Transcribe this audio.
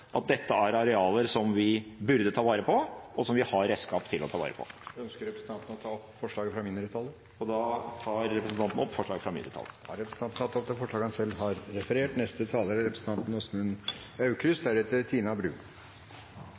at dette er arealer som vi burde ta vare på, og som vi har redskap til å ta vare på. Jeg tar herved opp forslaget fra mindretallet. Representanten Rasmus Hansson har tatt opp